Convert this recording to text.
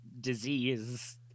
disease